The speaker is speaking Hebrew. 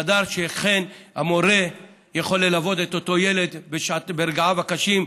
חדר שאכן המורה יכול ללוות את אותו ילד ברגעיו הקשים.